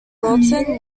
wilton